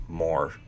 more